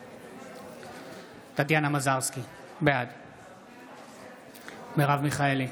בעד טטיאנה מזרסקי, בעד מרב מיכאלי,